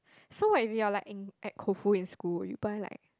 so what if you are like in at Koufu in school you buy like